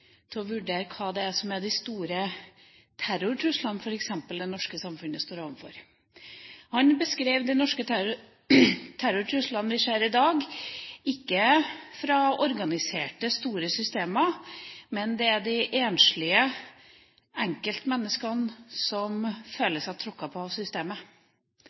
til å vurdere hva det er som er de store terrortruslene, f.eks., som det norske samfunnet står overfor. Han beskrev at de norske terrortruslene vi ser i dag, ikke er fra organiserte, store systemer, men fra enslige enkeltmennesker som føler seg tråkket på av systemet. Det er de som